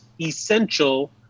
essential